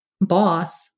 boss